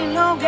no